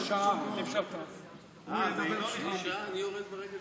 עכשיו אני מצטער שאישרתי לה לאפשר לך.